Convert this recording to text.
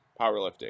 powerlifting